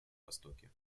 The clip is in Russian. востоке